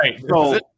Right